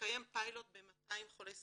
התקיים פיילוט ב-200 חולי סוכרת.